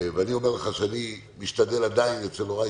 אני אומר לך שאני משתדל עדיין אצל הוריי,